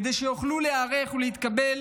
כדי שיוכלו להיערך, להתקבל